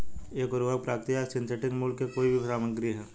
एक उर्वरक प्राकृतिक या सिंथेटिक मूल की कोई भी सामग्री है